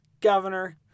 governor